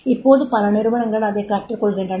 இப்போது பல நிறுவனங்கள் அதைக் கற்றுக் கொள்கின்றன